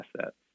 assets